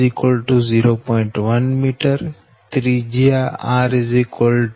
1 m ત્રિજ્યા r 0